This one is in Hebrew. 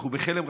אנחנו בחלם.